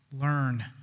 learn